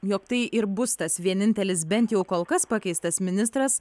jog tai ir bus tas vienintelis bent jau kol kas pakeistas ministras